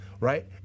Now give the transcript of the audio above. right